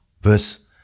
Verse